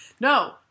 No